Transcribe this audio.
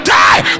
die